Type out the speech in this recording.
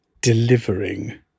delivering